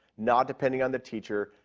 not depending on the teacher,